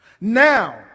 Now